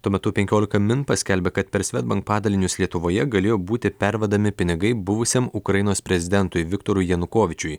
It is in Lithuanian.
tuo metu penkiolika min paskelbė kad per svedbank padalinius lietuvoje galėjo būti pervedami pinigai buvusiam ukrainos prezidentui viktorui janukovyčiui